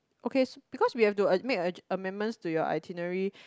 okay s because we have to adju~ make amendments to your itinerary